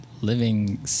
living